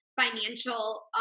financial